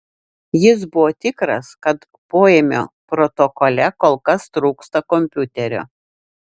jis buvo tikras kad poėmio protokole kol kas trūksta kompiuterio